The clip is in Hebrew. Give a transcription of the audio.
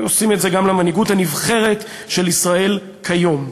ועושים את זה גם למנהיגות הנבחרת של ישראל כיום.